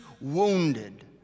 wounded